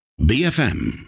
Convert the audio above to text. BFM